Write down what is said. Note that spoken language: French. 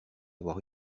avoir